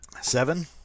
Seven